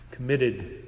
committed